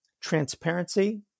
transparency